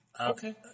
Okay